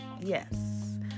Yes